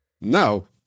No